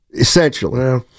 essentially